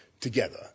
together